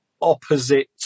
opposite